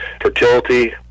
Fertility